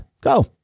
Go